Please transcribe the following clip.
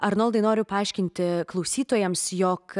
arnoldai noriu paaiškinti klausytojams jog